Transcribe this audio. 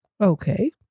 okay